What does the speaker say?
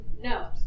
No